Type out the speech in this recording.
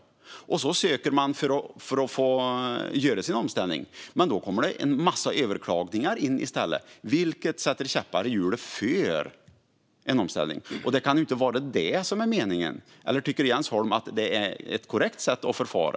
Men när de söker för att få göra sin omställning kommer det i stället in en massa överklaganden. Det sätter käppar i hjulet för en omställning. Det kan inte vara meningen. Eller tycker Jens Holm att det är ett korrekt sätt att förfara?